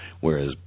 Whereas